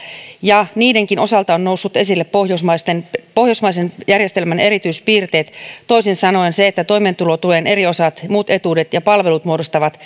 ja niidenkin osalta ovat nousseet esille pohjoismaisen pohjoismaisen järjestelmän erityispiirteet toisin sanoen se että toimeentulotuen eri osat muut etuudet ja palvelut muodostavat